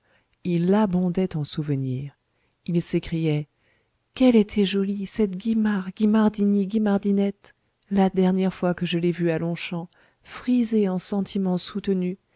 il abondait en souvenirs il s'écriait qu'elle était jolie cette guimard guimardini guimardinette la dernière fois que je l'ai vue à longchamps frisée en sentiments soutenus